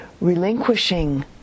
relinquishing